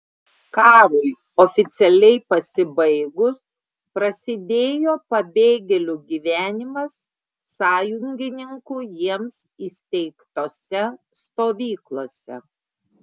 karui oficialiai pasibaigus prasidėjo pabėgėlių gyvenimas sąjungininkų jiems įsteigtose stovyklose